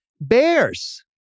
Bears